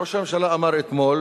ראש הממשלה אמר אתמול